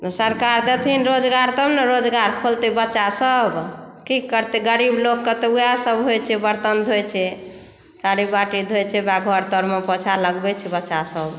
सरकार देथिन रोजगार तब ने रोजगार तब ने रोजगार खोलतै बच्चा सभ की करतै गरीब लोककेँ तऽ वएह सभ होइ छै बर्तन धोई छै थारी बाटी धोए छै घर तरमे पोछा लगबै छै बच्चा सभ